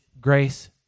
grace